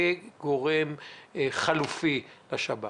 כגורם חלופי לשב"כ.